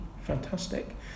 Fantastic